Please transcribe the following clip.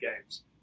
games